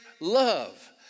love